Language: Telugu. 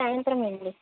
సాయంత్రమే అండి